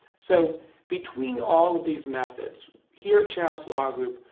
so between all of these methods, here at shouse law group,